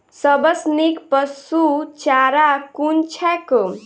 सबसँ नीक पशुचारा कुन छैक?